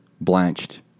blanched